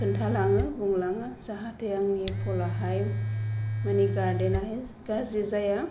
खोन्थालाङो बुंलाङो जाहाथे आंनि फलाहाय माने गार्देन आहाय गाज्रि जाया